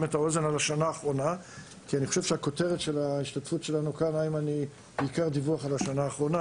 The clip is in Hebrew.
הכותרת של ההשתתפות שלנו היא בעיקר על השנה האחרונה